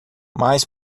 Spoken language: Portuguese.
mais